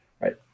right